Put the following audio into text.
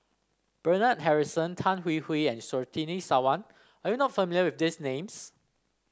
Bernard Harrison Tan Hwee Hwee and Surtini Sarwan are you not familiar with these names